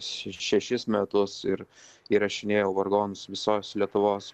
šešis metus ir įrašinėjau vargonus visos lietuvos